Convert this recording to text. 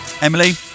Emily